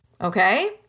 Okay